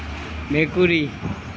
মেকুৰী